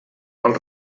del